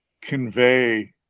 convey